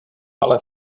ale